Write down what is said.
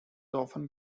often